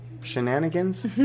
Shenanigans